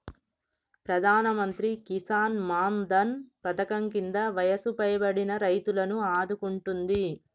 ప్రధానమంత్రి కిసాన్ మాన్ ధన్ పధకం కింద వయసు పైబడిన రైతులను ఆదుకుంటుంది